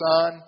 Son